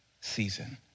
season